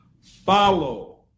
follow